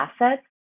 assets